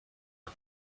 but